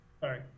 Sorry